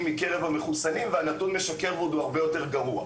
מקרב המחוסנים והנתון משקר ועוד הוא הרבה יותר גרוע.